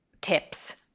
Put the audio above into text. tips